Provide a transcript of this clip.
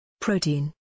Protein